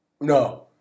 No